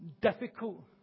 difficult